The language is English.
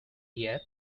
yet